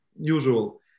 usual